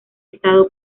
estado